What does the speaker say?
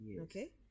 okay